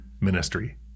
ministry